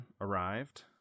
arrived